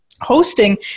hosting